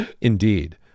Indeed